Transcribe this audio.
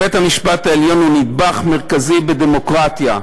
בית-המשפט העליון הוא נדבך מרכזי בדמוקרטיה.